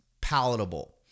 palatable